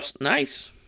nice